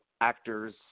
actors